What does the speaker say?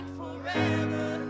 forever